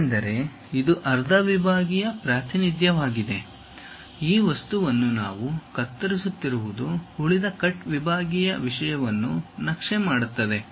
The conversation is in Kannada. ಏಕೆಂದರೆ ಇದು ಅರ್ಧ ವಿಭಾಗೀಯ ಪ್ರಾತಿನಿಧ್ಯವಾಗಿದೆ ಈ ವಸ್ತುವನ್ನು ನಾವು ಕತ್ತರಿಸುತ್ತಿರುವುದು ಉಳಿದ ಕಟ್ ವಿಭಾಗೀಯ ವಿಷಯವನ್ನು ನಕ್ಷೆ ಮಾಡುತ್ತದೆ